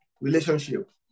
relationship